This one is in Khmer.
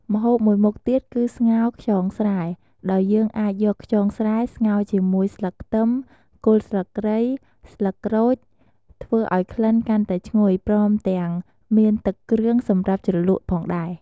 ម្ហូបមួយមុខទៀតគឺស្ងោរខ្យងស្រែ ដោយយើងអាចយកខ្យងស្រែស្ងោរជាមួយស្លឹកខ្ទឹម គល់ស្លឹកគ្រៃ ស្លឹកក្រូច ធ្វើឱ្យក្លិនកាន់តែឈ្ងុយ ព្រមទាំងមានទឹកគ្រឿងសម្រាប់ជ្រលក់ផងដែរ។